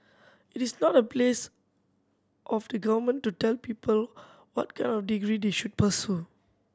it is not the place of the Government to tell people what kind of degree they should pursue